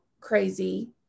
crazy